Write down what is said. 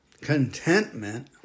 contentment